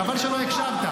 חבל שלא הקשבת.